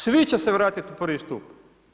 Svi će se vratiti u prvi stup.